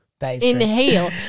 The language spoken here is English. Inhale